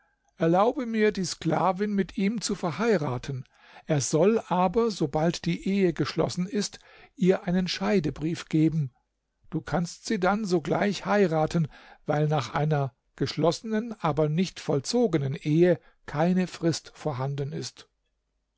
erlaube mir die sklavin mit ihm zu verheiraten er soll aber sobald die ehe geschlossen ist ihr einen scheidebrief geben du kannst sie dann sogleich heiraten weil nach einer geschlossenen aber nicht vollzogenen ehe keine frist vorhanden ist